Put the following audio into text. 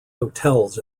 hotels